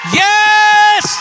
yes